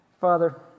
Father